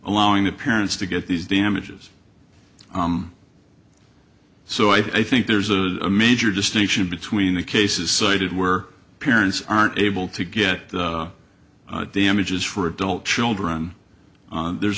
allowing the parents to get these damages so i think there's a major distinction between the cases cited where parents aren't able to get damages for adult children there's